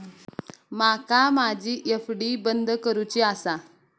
माका माझी एफ.डी बंद करुची आसा